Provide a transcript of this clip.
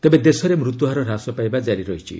ତେବେ ଦେଶରେ ମୃତ୍ୟୁହାର ହ୍ରାସ ପାଇବା ଜାରି ରହିଛି